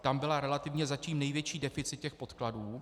Tam byl relativně zatím největší deficit podkladů.